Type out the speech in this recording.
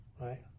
right